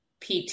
PT